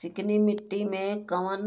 चिकनी मिट्टी में कऊन